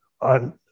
on